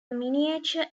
miniature